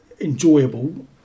enjoyable